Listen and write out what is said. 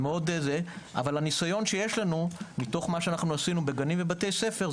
אבל הניסיון שיש לנו מתוך מה שעשינו בגנים ובבתי ספר,